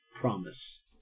Promise